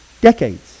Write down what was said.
decades